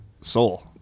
soul